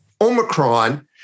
Omicron